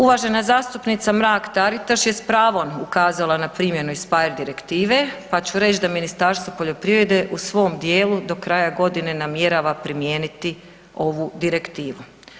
Uvažena zastupnica Mrak Taritaš je s pravom ukazala na primjenu INSPIRE direktive pa ću reći da Ministarstvo poljoprivrede u svom dijelu do kraja godine namjerava primijeniti ovu direktivu.